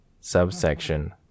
Subsection